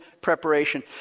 preparation